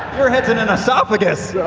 your head's in an esophageus.